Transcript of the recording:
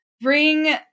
bring